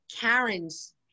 Karen's